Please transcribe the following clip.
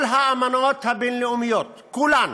כל האמנות הבין-לאומיות, כולן,